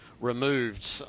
removed